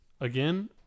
again